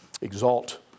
Exalt